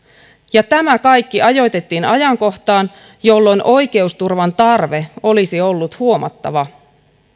ja tämä kaikki ajoitettiin ajankohtaan jolloin oikeusturvan tarve olisi ollut huomattava